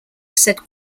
said